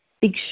big